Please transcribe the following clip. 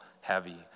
heavy